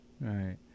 Right